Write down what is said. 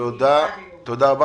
תודה רבה.